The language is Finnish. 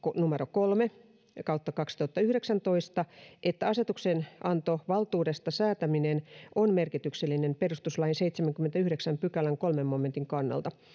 kolme kautta kaksituhattayhdeksäntoista että asetuksenantovaltuudesta säätäminen on merkityksellinen perustuslain seitsemännenkymmenennenyhdeksännen pykälän kolmannen momentin kannalta